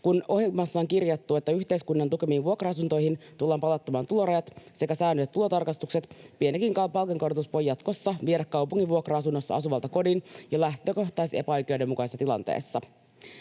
Kun ohjelmaan on kirjattu, että yhteiskunnan tukemiin vuokra-asuntoihin tullaan palauttamaan tulorajat sekä säännölliset tulotarkastukset, pienikin palkankorotus voi jatkossa viedä kaupungin vuokra-asunnossa asuvalta kodin jo lähtökohtaisesti epäoikeudenmukaisessa tilanteessa.